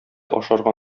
ашарга